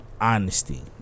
honesty